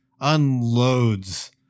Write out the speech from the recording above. unloads